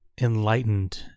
enlightened